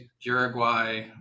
Uruguay